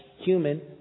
human